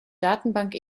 datenbank